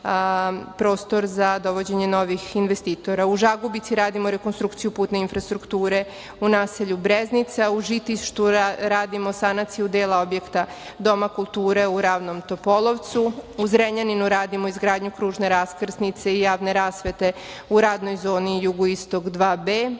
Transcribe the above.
u Žagubici radimo rekonstrukciju putne infrastrukture u naselju Breznica, u Žitištu radimo sanaciju dela objekta doma kulture u Ravnom Topolovcu, u Zrenjaninu radimo izgradnju kružne raskrsnice i javne rasvete u radnoj zoni Jugoistok 2B,